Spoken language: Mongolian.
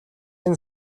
энэ